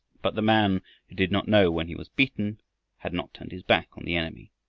but the man who did not know when he was beaten had not turned his back on the enemy.